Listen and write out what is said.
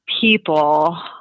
people